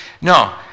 No